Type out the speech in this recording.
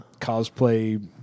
cosplay